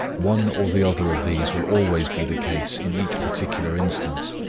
one or the other of these will always be the case in each particular instance.